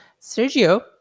Sergio